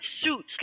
suits